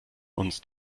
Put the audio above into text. uns